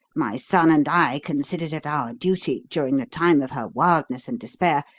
my son and i considered it our duty, during the time of her wildness and despair,